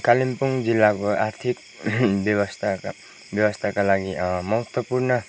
कालिम्पोङ जिल्लाको आर्थिक व्यवस्थाका व्यवस्थाका लागि महत्त्वपूर्ण